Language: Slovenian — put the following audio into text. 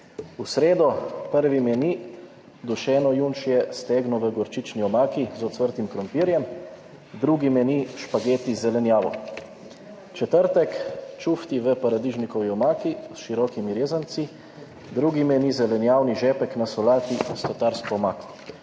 V sredo prvi meni dušeno junčje stegno v gorčični omaki z ocvrtim krompirjem. Drugi meni špageti z zelenjavo. Četrtek čufti v paradižnikovi omaki s širokimi rezanci. Drugi meni zelenjavni žepek na solati s tatarsko omako.